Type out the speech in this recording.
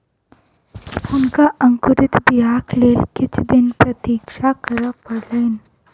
हुनका अंकुरित बीयाक लेल किछ दिन प्रतीक्षा करअ पड़लैन